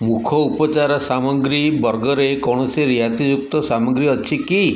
ମୁଖ ଉପଚାର ସାମଗ୍ରୀ ବର୍ଗରେ କୌଣସି ରିହାତିଯୁକ୍ତ ସାମଗ୍ରୀ ଅଛି କି